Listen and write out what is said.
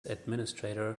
administrator